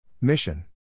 Mission